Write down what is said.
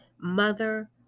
mother